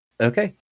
Okay